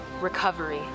recovery